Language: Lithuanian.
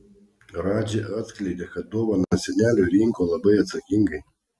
radži atskleidė kad dovaną seneliui rinko labai atsakingai